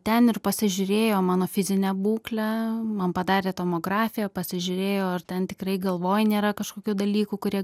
ten ir pasižiūrėjo mano fizinę būklę man padarė tomografiją pasižiūrėjo ar ten tikrai galvoj nėra kažkokių dalykų kurie